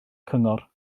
cyngor